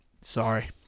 sorry